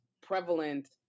prevalent